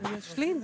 אני אשלים.